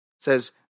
says